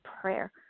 prayer